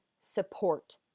support